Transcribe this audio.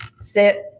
sit